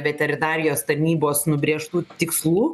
veterinarijos tarnybos nubrėžtų tikslų